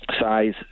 Size